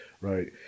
right